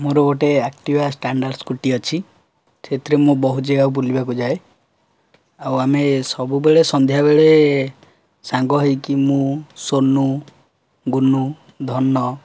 ମୋର ଗୋଟେ Activa standard scooty ଅଛି ସେଥିରେ ମୁଁ ବହୁତ ଜାଗାକୁ ବୁଲିବାକୁ ଯାଏ ଆଉ ଆମେ ସବୁବେଳେ ସନ୍ଧ୍ୟାବେଳେ ସାଙ୍ଗ ହେଇକି ମୁଁ ସୋନୁ ଗୁନୁ ଧନ